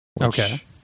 Okay